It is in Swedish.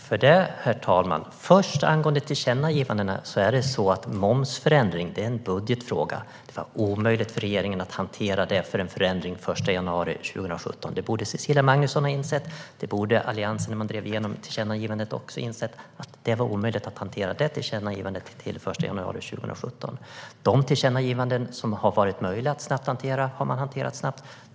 Herr talman! Vad gäller tillkännagivandena är det så att momsförändring är en budgetfråga. Det var omöjligt för regeringen att hantera detta tillkännagivande för en förändring den 1 januari 2017, vilket Cecilia Magnusson och Alliansen - när man drev igenom tillkännagivandet - borde ha insett. De tillkännagivanden som har varit möjliga att hantera snabbt har man hanterat snabbt.